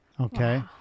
okay